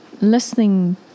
listening